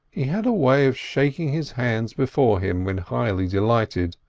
he had a way of shaking his hands before him when highly delighted,